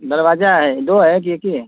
दरवाजा है दो है कि एक ही है